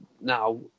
now